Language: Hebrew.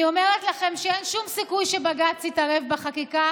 אני אומרת לכם שאין שום סיכוי שבג"ץ יתערב בחקיקה,